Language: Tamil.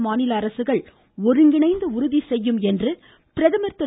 நாட்டு மாநில அரசுகள் ஒருங்கிணைந்து உறுதிசெய்யும் என்று பிரதமர் திரு